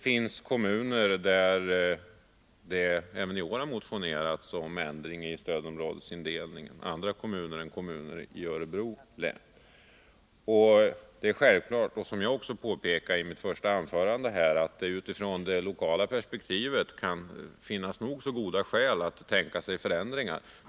För fler kommuner än de i Örebro län har det även i år motionerats om en ändring i stödområdesindelningen. Som jag påpekade i mitt första anförande kan det utifrån det lokala perspektivet finnas goda skäl för förändringar.